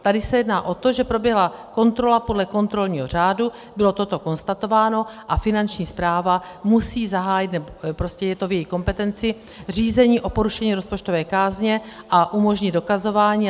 Tady se jedná o to, že proběhla kontrola podle kontrolního řádu, bylo toto konstatováno a Finanční správa musí zahájit, prostě je to v její kompetenci, řízení o porušení rozpočtové kázně a umožnit dokazování.